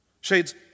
Shades